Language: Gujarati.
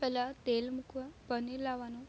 પહેલા તેલ મૂકવા પનીર લાવવાનું